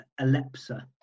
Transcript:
Alepsa